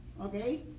okay